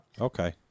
okay